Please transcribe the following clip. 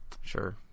sure